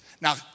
Now